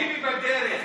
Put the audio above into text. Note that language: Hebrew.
ביבי בדרך.